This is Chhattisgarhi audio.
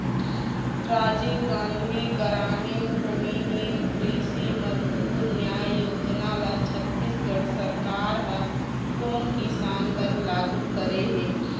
राजीव गांधी गरामीन भूमिहीन कृषि मजदूर न्याय योजना ल छत्तीसगढ़ सरकार ह कोन किसान बर लागू करे हे?